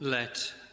Let